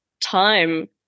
time